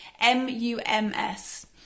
M-U-M-S